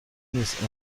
نیست